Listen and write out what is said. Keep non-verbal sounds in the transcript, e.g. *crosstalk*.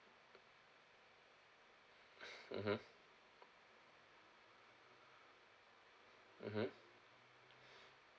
*breath* mmhmm mmhmm *breath*